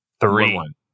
Three